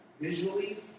visually